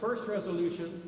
first resolution